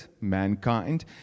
mankind